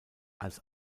als